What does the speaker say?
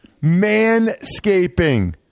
Manscaping